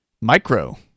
micro